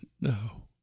no